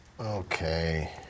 Okay